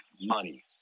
money